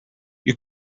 you